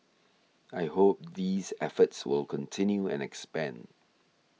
I hope these efforts will continue and expand